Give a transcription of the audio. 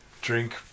drink